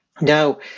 Now